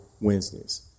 Wednesdays